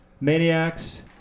maniacs